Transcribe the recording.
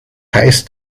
heißt